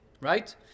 right